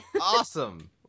Awesome